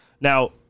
Now